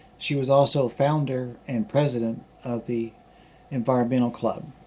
she was also founder and president of the environmental club.